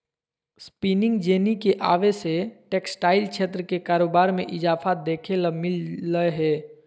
spinning jenny के आवे से टेक्सटाइल क्षेत्र के कारोबार मे इजाफा देखे ल मिल लय हें